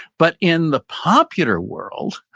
but in the popular world,